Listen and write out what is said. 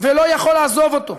ולא יכול לעזוב אותו.